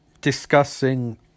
discussing